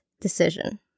decision